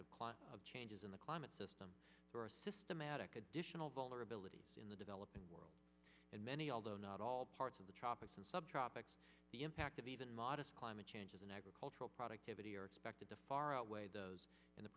of climate changes in the climate system or a systematic additional vulnerability in the developing world and many although not all parts of the tropics and subtropics the impact of even modest climate changes in agricultural productivity are expected to far outweigh those in the